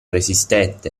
resistette